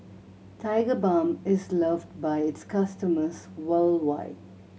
Tigerbalm is loved by its customers worldwide